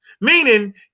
Meaning